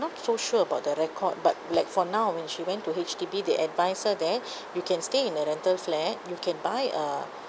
not so sure about the record but like for now when she went to H_D_B they advise her that you can stay in a rental flat you can buy a